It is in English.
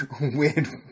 weird